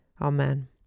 Amen